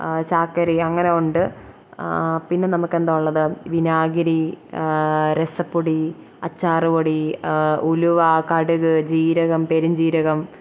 ചാക്കരി അങ്ങനെ ഉണ്ട് പിന്നെ നമുക്ക് എന്താണ് ഉള്ളത് വിനാഗിരി രസപ്പൊടി അച്ചാറ് പൊടി ഉലുവ കടുക് ജീരകം പെരും ജീരകം